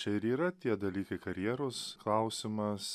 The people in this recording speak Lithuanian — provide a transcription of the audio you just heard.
čia ir yra tie dalykai karjeros klausimas